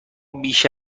بیش